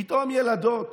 פתאום ילדות